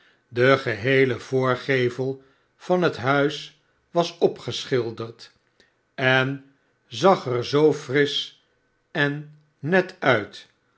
de geheele voorgevel van het huis was opgeschilderd en zag er zoo ifirisch en net uit